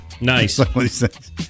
Nice